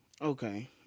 Okay